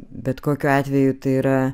bet kokiu atveju tai yra